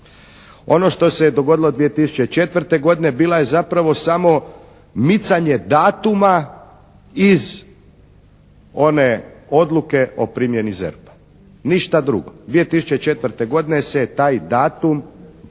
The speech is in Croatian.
Ono što se dogodilo 2004. godine bila je zapravo samo micanje datuma iz one odluke o primjeni ZERP-a, ništa drugo. 2004. godine se taj datum